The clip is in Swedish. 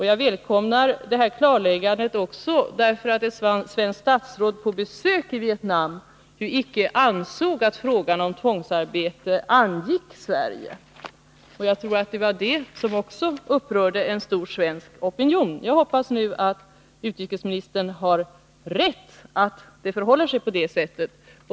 Jag välkomnar detta klarläggande också därför att ett svenskt statsråd på besök i Vietnam inte ansåg att frågan om tvångsarbete angick Sverige. Jag tror att också det uttalandet har upprört en stor svensk opinion. Jag hoppas nu att utrikesministern har rätt, att det förhåller sig som han säger.